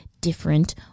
different